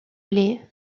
les